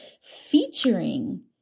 featuring